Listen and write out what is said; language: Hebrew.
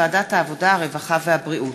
שהחזירה ועדת העבודה, הרווחה והבריאות,